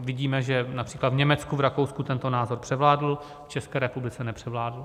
Vidíme, že například v Německu, v Rakousku tento názor převládl, v České republice nepřevládl.